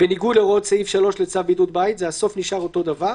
בניגוד להוראות סעיף 3 לצו בידוד בית הסוף נשאר אותו דבר.